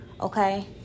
Okay